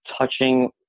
touching